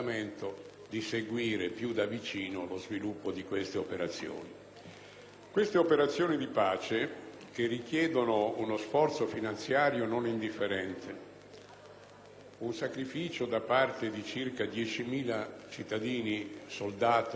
Queste operazioni di pace, che richiedono uno sforzo finanziario non indifferente ed un sacrificio da parte di circa 10.000 cittadini soldati italiani, rischiano